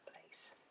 place